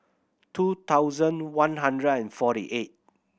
two thousand one hundred and forty eight